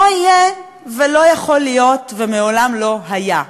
לא יהיה ולא יכול להיות, ומעולם לא היה.